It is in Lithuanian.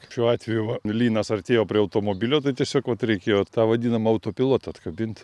šiuo atveju va lynas artėjo prie automobilio tai tiesiog vat reikėjo tą vadinamą autopilotą atkabint